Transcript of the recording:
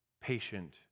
patient